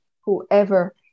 whoever